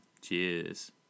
Cheers